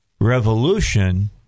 revolution